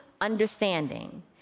understanding